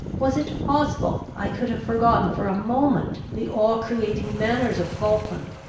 was it possible i could have forgotten for a moment the awe-creating manners of falkland,